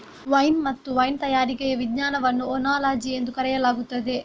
wine ಮತ್ತು wine ತಯಾರಿಕೆಯ ವಿಜ್ಞಾನವನ್ನು ಓನಾಲಜಿ ಎಂದು ಕರೆಯಲಾಗುತ್ತದೆ